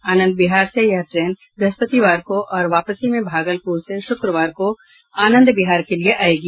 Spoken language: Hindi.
आनंद विहार से यह ट्रेन बृहस्पतिवार को और वापसी में भागलपुर से शुक्रवार को आनंद विहार के लिए आएगी